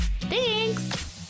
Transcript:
Thanks